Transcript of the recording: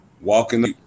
walking